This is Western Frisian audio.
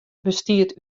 bestiet